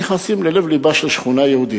נכנסים ללב-לבה של שכונה יהודית,